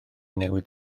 newydd